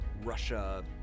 Russia